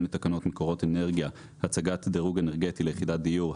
לתקנות מקורות אנרגיה (הצגת דירוג אנרגטי ליחידת דיור),